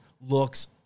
looks